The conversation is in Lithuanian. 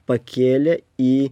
pakėlė į